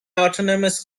autonomous